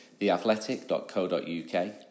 theathletic.co.uk